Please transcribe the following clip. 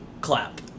clap